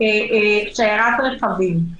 שיירת רכבים.